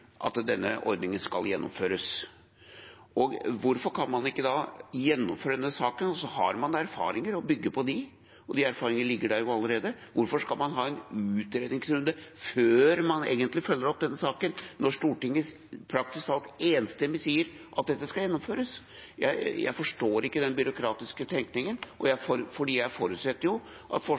at denne ordningen skal gjennomføres. Hvorfor kan man ikke da gjennomføre denne saken? Man har erfaringer og bygger på dem, erfaringene ligger der jo allerede. Hvorfor skal man ha en utredningsrunde før man egentlig følger opp denne saken, når Stortinget praktisk talt enstemmig sier at dette skal gjennomføres? Jeg forstår ikke den byråkratiske tenkningen, for jeg forutsetter at forsvarsministeren og Forsvarsdepartementet sørger for